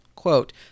Quote